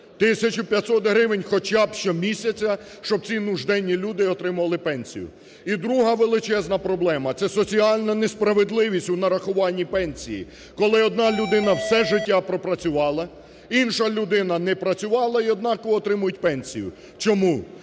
1500 гривень хоча б щомісяця, щоб ці нужденні люди отримували пенсію. І друга величезна проблема – це соціальна несправедливість у нарахуванні пенсій, коли одна людина все життя пропрацювала, інша людина не працювала, і однаково отримують пенсію. Чому?